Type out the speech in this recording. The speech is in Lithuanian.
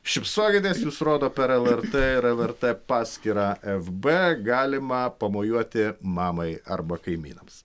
šypsokitės jus rodo per lrt ir lrt paskyrą fb galima pamojuoti mamai arba kaimynams